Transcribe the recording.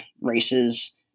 races